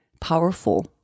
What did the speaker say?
powerful